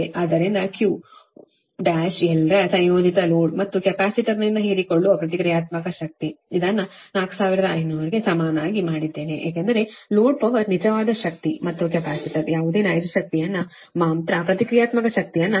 ಆದ್ದರಿಂದ QL1 ರ ಸಂಯೋಜಿತ ಲೋಡ್ ಮತ್ತು ಕೆಪಾಸಿಟರ್ನಿಂದ ಹೀರಿಕೊಳ್ಳುವ ಪ್ರತಿಕ್ರಿಯಾತ್ಮಕ ಶಕ್ತಿ ಅದನ್ನು 4500 ಗೆ ಸಮನಾಗಿ ಮಾಡಿದ್ದೇನೆ ಏಕೆಂದರೆ ಲೋಡ್ ಪವರ್ ನಿಜವಾದ ಶಕ್ತಿ ಮತ್ತು ಕೆಪಾಸಿಟರ್ ಯಾವುದೇ ನೈಜ ಶಕ್ತಿಯನ್ನು ಮಾತ್ರ ಪ್ರತಿಕ್ರಿಯಾತ್ಮಕ ಶಕ್ತಿಯನ್ನು ಸೆಳೆಯುವುದಿಲ್ಲ